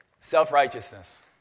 Self-righteousness